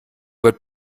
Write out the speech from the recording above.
wird